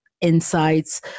insights